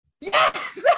Yes